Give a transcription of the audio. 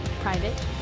private